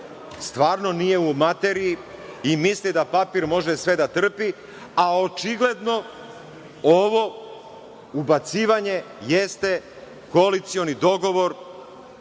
stvarno nije u materiji i misli da papir može sve da trpi, a očigledno ovo ubacivanje jeste koalicioni dogovor